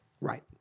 Right